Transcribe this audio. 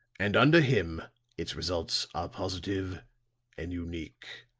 and under him its results are positive and unique.